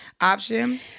option